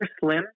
slim